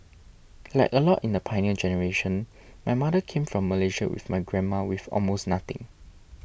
like a lot in the Pioneer Generation my mother came from Malaysia with my grandma with almost nothing